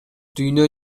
дүйнө